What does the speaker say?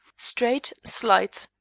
straight, slight,